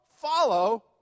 follow